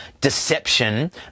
deception